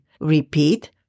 Repeat